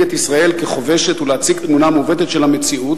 את ישראל ככובשת ולהציג תמונה מעוותת של המציאות,